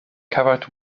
covered